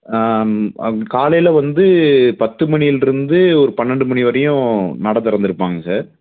காலையில் வந்து பத்து மணியிலருந்து பன்னெண்டு மணி வரையும் நடை திறந்திருப்பாங்க சார்